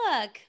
look